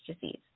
disease